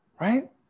right